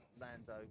Lando